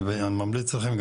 אני ממליץ לכם,